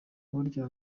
burya